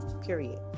period